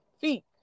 feet